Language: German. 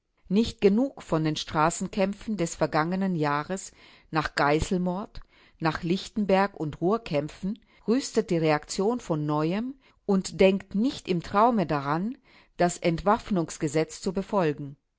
nicht genug von den straßenkämpfen des vergangenen jahres nach geiselmord nach lichtenberg und ruhrkämpfen rüstet die reaktion von neuem und denkt nicht im traume daran das entwaffnungsgesetz zu befolgen